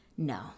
No